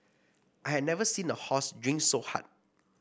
I had never seen a horse drink so hard